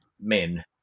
men